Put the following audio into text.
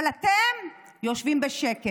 אבל אתם יושבים בשקט.